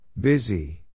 Busy